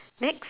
next